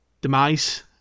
Demise